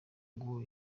ngo